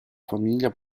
famiglia